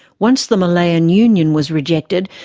once the malayan union was rejected,